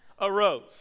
arose